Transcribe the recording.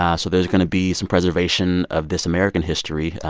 ah so there's going to be some preservation of this american history,